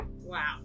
Wow